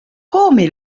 come